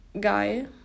guy